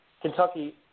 Kentucky